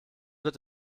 wird